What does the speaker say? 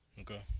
Okay